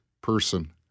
person